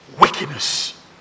Wickedness